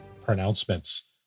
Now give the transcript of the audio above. pronouncements